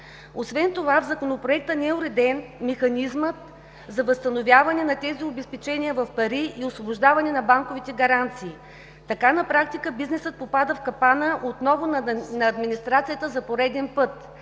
Освен това в Законопроекта не е уреден механизмът за възстановяване на тези обезпечения в пари и освобождаване на банковите гаранции. Така на практика бизнесът попада отново в капана на администрацията за пореден път.